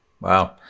Wow